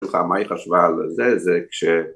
מה היא חשבה על זה זה כש